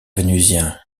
vénusien